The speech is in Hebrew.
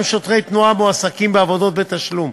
גם שוטרי תנועה מועסקים בעבודות בתשלום,